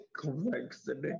Complexity